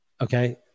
Okay